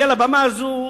אני על הבמה הזאת,